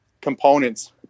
components